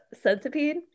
centipede